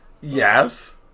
Yes